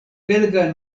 belga